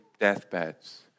deathbeds